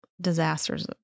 disasters